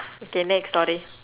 okay next story